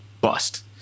bust